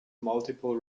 multiple